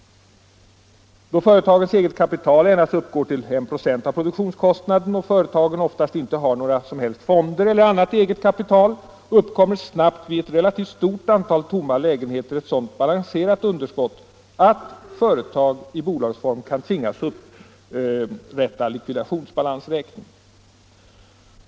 Då företagens eget kapital endast uppgår till 1 96 av produktionskostnaden och företagen oftast inte har några som helst fonder eller annat eget kapital, uppkommer snabbt vid ett relativt stort antal tomma lägenheter ett sådant balanserat underskott, att företag i bolagsform kan tvingas upprätta likvidationsbalansräkning.